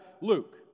Luke